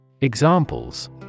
Examples